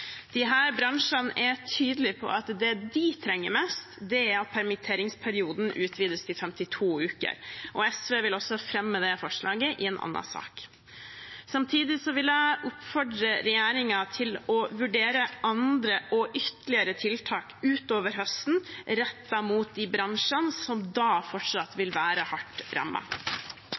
bransjene er tydelige på at det de trenger mest, er at permitteringsperioden utvides til 52 uker, og SV vil også fremme det forslaget i en annen sak. Samtidig vil jeg oppfordre regjeringen til å vurdere andre og ytterligere tiltak utover høsten, rettet mot de bransjene som da fortsatt vil være hardt